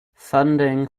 funding